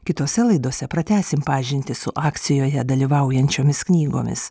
kitose laidose pratęsim pažintį su akcijoje dalyvaujančiomis knygomis